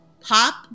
Pop